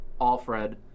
Alfred